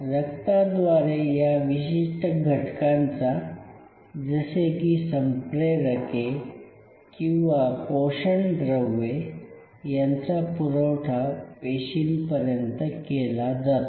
रक्ताद्वारे या विशिष्ट घटकांचा जसे की संप्रेरके किंवा पोषणद्रव्ये यांचा पुरवठा पेशींपर्यंत केला जातो